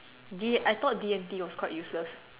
D I thought D and T was quite useless